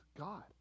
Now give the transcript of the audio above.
God